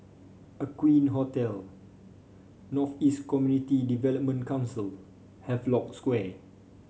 Aqueen Hotel North East Community Development Council Havelock Square